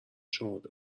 شمرده